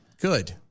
Good